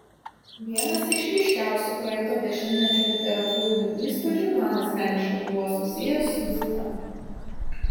vienas iš ryškiausių praeito dešimtmečio literatūrinių įspūdžių man asmeniškai buvo susijęs su zita